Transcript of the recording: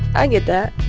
i get that.